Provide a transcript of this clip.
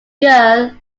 girl